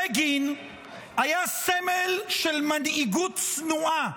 בגין היה סמל של מנהיגות צנועה,